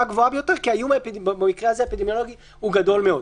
הגבוהה ביותר כי האיום האפידמיולוגי במקרה הזה הוא גדול מאוד.